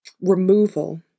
removal